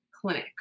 clinic